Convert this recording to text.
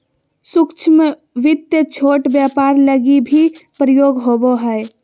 सूक्ष्म वित्त छोट व्यापार लगी भी प्रयोग होवो हय